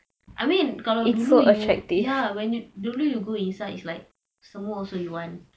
I mean kalau dulu you ya when you dulu you go inside is like semua also you want